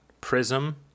Prism